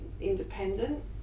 independent